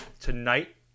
tonight